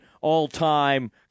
all-time